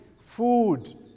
food